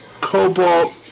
cobalt